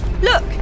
Look